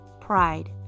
Pride